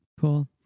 cool